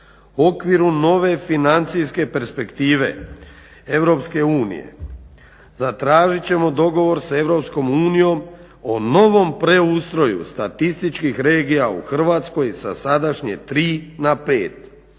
"Okvir u nove financijske perspektive EU zatražit ćemo dogovor s EU o novom preustroju statističkih regija u Hrvatskoj sa sadašnjih 3 na 5